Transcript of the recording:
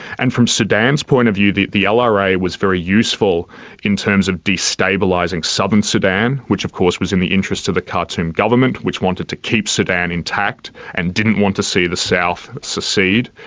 and from sudan's point of view the the yeah lra was very useful in terms of destabilising southern sudan, which of course was in the interests of the khartoum government, which wanted to keep sudan intact and didn't want to see the south secede.